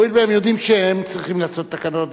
והואיל והם יודעים שהם צריכים לעשות תקנות ביצוע,